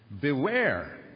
Beware